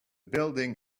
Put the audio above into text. building